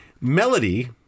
Melody